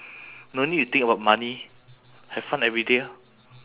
no need to think about money have fun every day orh